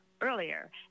earlier